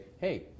hey